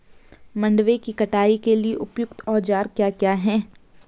मंडवे की कटाई के लिए उपयुक्त औज़ार क्या क्या हैं?